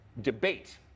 debate